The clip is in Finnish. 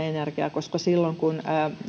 energiaa koska silloin kun